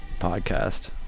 Podcast